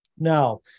Now